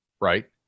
right